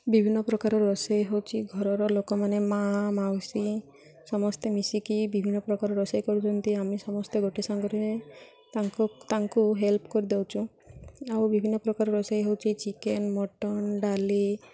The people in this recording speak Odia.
ବିଭିନ୍ନ ପ୍ରକାର ରୋଷେଇ ହେଉଛି ଘରର ଲୋକମାନେ ମା ମାଉସୀ ସମସ୍ତେ ମିଶିକି ବିଭିନ୍ନ ପ୍ରକାର ରୋଷେଇ କରୁଛନ୍ତି ଆମେ ସମସ୍ତେ ଗୋଟେ ସାଙ୍ଗରେ ତାଙ୍କୁ ତାଙ୍କୁ ହେଲ୍ପ କରିଦଉଛୁ ଆଉ ବିଭିନ୍ନ ପ୍ରକାର ରୋଷେଇ ହେଉଛି ଚିକେନ୍ ମଟନ୍ ଡାଲି